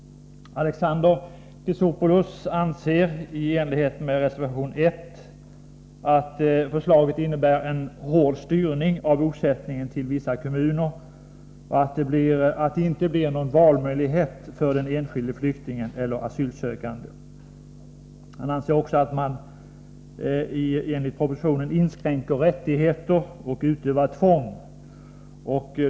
Alexander Chrisopoulos anser i enlighet med reservation 1 att förslaget innebär en hård styrning av bosättningen till vissa kommuner och att det inte blir någon valmöjlighet för den enskilde flyktingen eller asylsökanden. Han anser också att man enligt propositionen inskränker rättigheter och utövar tvång.